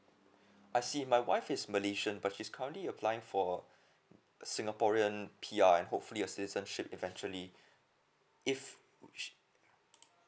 I see my wife is malaysian but she's currently applying for singaporean P_R and hopefully a citizenship eventually if sh~